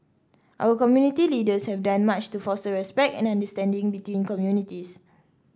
our community leaders have done much to foster respect and understanding between communities